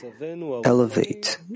elevate